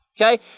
Okay